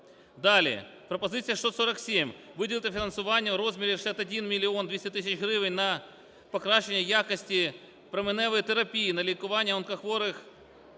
Далі: пропозиція 647. Виділити фінансування в розмірі 61 мільйон 200 тисяч гривень на покращення якості променевої терапії на лікування онкохворих